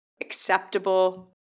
acceptable